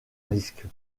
risque